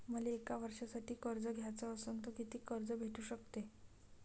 मले एक वर्षासाठी कर्ज घ्याचं असनं त कितीक कर्ज भेटू शकते?